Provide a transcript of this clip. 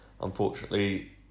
Unfortunately